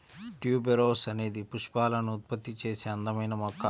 tuberose అనేది పుష్పాలను ఉత్పత్తి చేసే అందమైన మొక్క